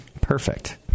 Perfect